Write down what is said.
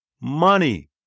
money